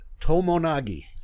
Tomonagi